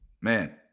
man